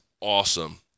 awesome